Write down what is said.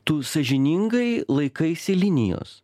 tu sąžiningai laikaisi linijos